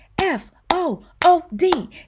F-O-O-D